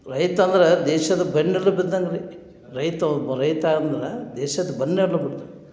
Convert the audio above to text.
ರೈತ ಅಂದ್ರೆ ದೇಶದ ಬೆನ್ನೆಲುಬು ಇದ್ದಂತ್ರಿ ರೈತ ಒಬ್ಬ ರೈತ ಅಂದ್ರೆ ದೇಶದ ಬೆನ್ನೆಲುಬು